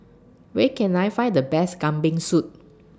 Where Can I Find The Best Kambing Soup